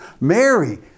Mary